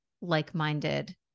like-minded